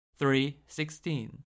3.16